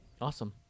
Awesome